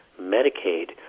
Medicaid